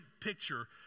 picture